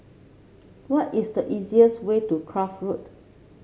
what is the easiest way to Kloof Road